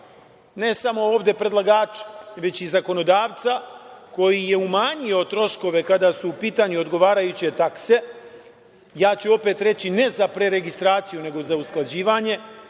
ne samo ovde predlagača, već i zakonodavca koji je umanjio troškove kada su u pitanju odgovarajuće takse, ja ću opet reći ne za preregistraciju nego za usklađivanje.